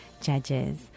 Judges